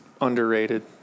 underrated